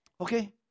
Okay